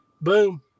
Boom